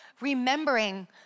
remembering